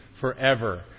forever